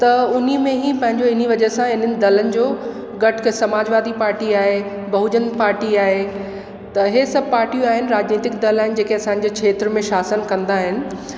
त उन्हीअ में ई पंहिंजो इन्हीअ वजह सां इन्हनि दलनि जो गटके समाजवादी पार्टी आहे बहुजन पार्टी आहे त हे सभु पार्टियूं आहिनि राजनैतिक दल आहिनि जेके असांजे क्षेत्र में शासन कंदा आहिनि